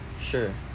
Sure